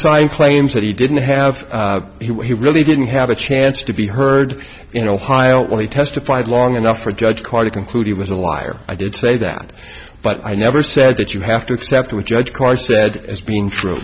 saif claims that he didn't have he what he really didn't have a chance to be heard in ohio when he testified long enough for a judge quite to conclude he was a liar i did say that but i never said that you have to accept what judge carr said as being true